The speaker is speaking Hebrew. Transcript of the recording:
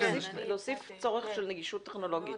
להוסיף צורך של נגישות טכנולוגית.